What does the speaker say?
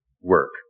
work